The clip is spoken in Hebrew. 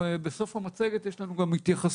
בסוף המצגת יש לנו גם התייחסות